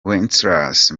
wenceslas